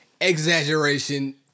exaggeration